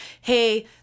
hey